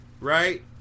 right